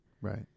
right